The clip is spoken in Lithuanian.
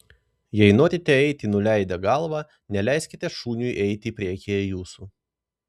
jei norite eiti nuleidę galvą neleiskite šuniui eiti priekyje jūsų